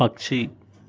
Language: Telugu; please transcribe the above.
పక్షి